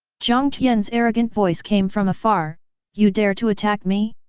jiang tian's arrogant voice came from a far you dare to attack me?